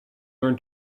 learn